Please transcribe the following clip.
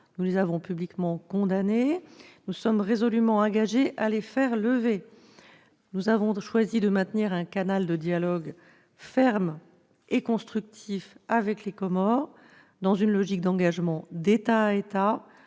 Nous les avons publiquement condamnées, et nous sommes résolument engagés à les faire lever. Nous avons choisi de maintenir un canal de dialogue ferme et constructif avec les Comores, dans une logique d'engagement d'État à État,